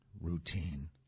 routine